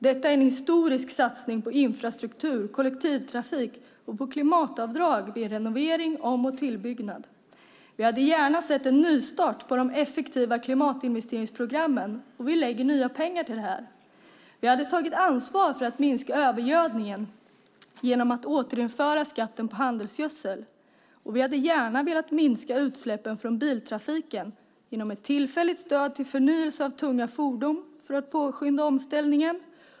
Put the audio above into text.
Det hade varit en historisk satsning på infrastruktur, kollektivtrafik och klimatavdrag vid renovering, om och tillbyggnad. Vi hade gärna sett en nystart av de effektiva klimatinvesteringsprogrammen, och vi lägger nya pengar till detta. Vi hade tagit ansvar för att minska övergödningen genom att återinföra skatten på handelsgödsel. Vi hade gärna velat minska utsläppen från biltrafiken genom ett tillfälligt stöd till förnyelse av tunga fordon för att påskynda omställningen.